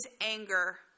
anger